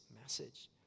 message